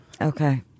Okay